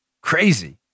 Crazy